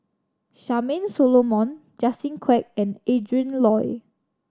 Charmaine Solomon Justin Quek and Adrin Loi